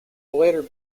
later